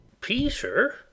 Peter